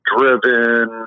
Driven